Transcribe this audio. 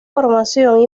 formación